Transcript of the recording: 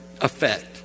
effect